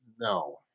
No